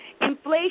inflation